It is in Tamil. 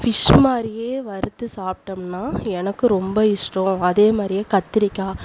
ஃபிஷ் மாதிரியே வறுத்து சாப்பிட்டம்னா எனக்கு ரொம்ப இஷ்டம் அதே மாதிரியே கத்திரிக்காய்